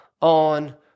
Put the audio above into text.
on